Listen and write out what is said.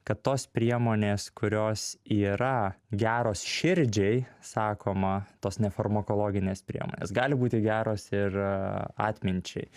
kad tos priemonės kurios yra geros širdžiai sakoma tos nefarmakologinės priemonės gali būti geros ir atminčiai